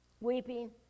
weeping